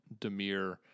Demir